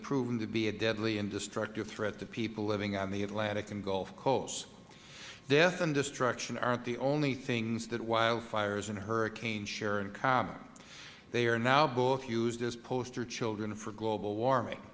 proven to be a deadly and destructive threat to people living on the atlantic and gulf coasts death and destruction aren't the only things that wildfires and hurricanes share in common they are now both used as poster children for global warming